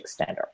extender